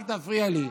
אל תפריע לי.